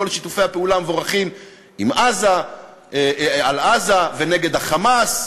וכל שיתופי הפעולה המבורכים על עזה ונגד ה"חמאס".